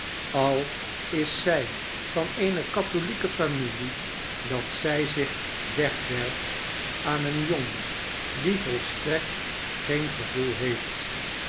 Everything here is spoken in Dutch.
al is zij van eene katholieke familie dat zij zich wegwerpt aan een jongen die volstrekt geen gevoel heeft